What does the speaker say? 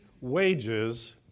wages